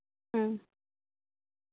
ᱦᱩᱸ